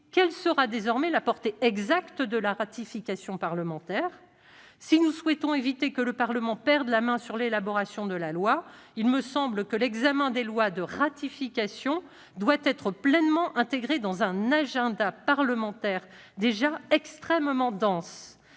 quelle sera désormais la portée exacte de la ratification parlementaire ? Si nous souhaitons éviter que le Parlement ne perde la main sur l'élaboration de la loi, il me semble que l'examen des lois de ratification doit être pleinement intégré dans un agenda parlementaire déjà extrêmement dense.